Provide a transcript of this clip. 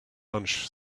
lunch